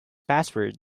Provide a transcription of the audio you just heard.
password